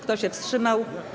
Kto się wstrzymał?